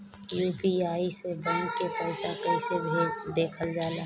UPI से bank के पैसा कैसे देखल जाला?